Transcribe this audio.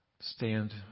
Stand